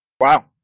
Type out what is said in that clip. Wow